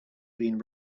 been